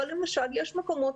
אבל למשל יש מקומות,